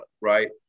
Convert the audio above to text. right